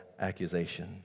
accusation